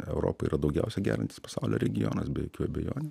europa yra daugiausia geriantis pasaulio regionas be jokių abejonių